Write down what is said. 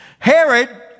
Herod